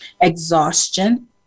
Exhaustion